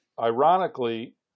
ironically